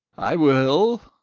i will,